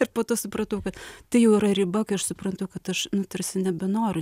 ir po to supratau kad tai jau yra riba kai aš suprantu kad aš nu tarsi nebenoriu